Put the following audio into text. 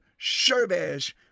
service